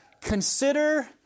Consider